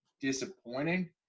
disappointing